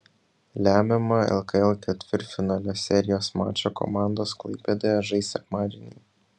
lemiamą lkl ketvirtfinalio serijos mačą komandos klaipėdoje žais sekmadienį